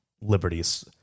liberties